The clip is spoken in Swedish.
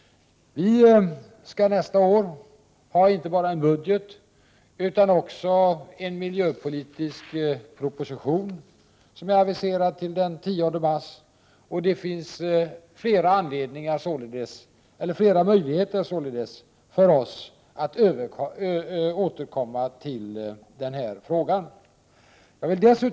Vi skall nästa år få inte bara en budget utan också en miljöpolitisk proposition, som är aviserad till den 10 mars. Det finns alltså flera möjligheter att återkomma till denna fråga.